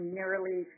nearly